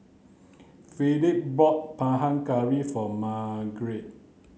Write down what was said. Phillip bought Panang Curry for Margarette